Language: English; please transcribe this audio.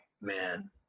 man